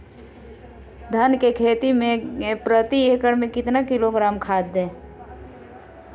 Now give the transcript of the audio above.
धान की खेती में प्रति एकड़ में कितना किलोग्राम खाद दे?